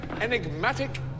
enigmatic